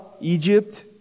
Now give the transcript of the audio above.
Egypt